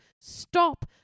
stop